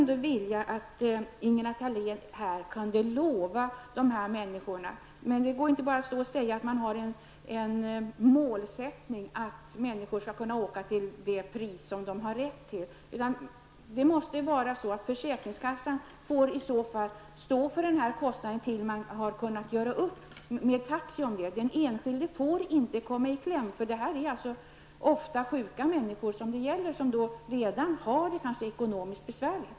Det går inte att bara säga att man har målsättningen att människor skall kunna åka till det pris som de har rätt till, utan i så fall får försäkringskassan stå för den här kostnaden tills man har kunnat göra med upp taxi. Den enskilde får inte komma i kläm. Det är ofta sjuka människor som det gäller, och de har det redan ekonomiskt besvärligt.